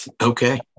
Okay